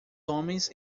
homens